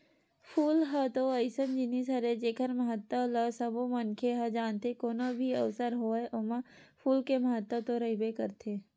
फूल ह तो अइसन जिनिस हरय जेखर महत्ता ल सबो मनखे ह जानथे, कोनो भी अवसर होवय ओमा फूल के महत्ता तो रहिबे करथे